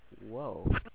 Whoa